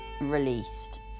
released